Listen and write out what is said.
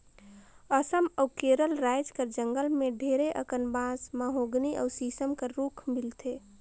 असम अउ केरल राएज कर जंगल में ढेरे अकन बांस, महोगनी अउ सीसम कर रूख मिलथे